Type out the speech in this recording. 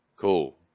cool